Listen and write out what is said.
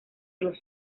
los